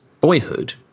boyhood